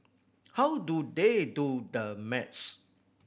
how do they do the maths